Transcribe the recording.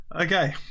Okay